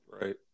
Right